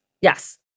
yes